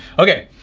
okay,